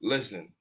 Listen